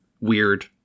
weird